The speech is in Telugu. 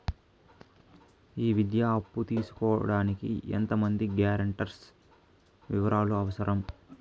ఈ విద్యా అప్పు తీసుకోడానికి ఎంత మంది గ్యారంటర్స్ వివరాలు అవసరం?